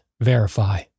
verify